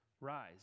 Rise